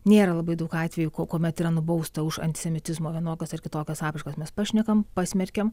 nėra labai daug atvejų kuomet yra nubausta už antisemitizmo vienokias ar kitokias apraiškas mes pašnekam pasmerkiam